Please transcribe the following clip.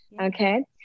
Okay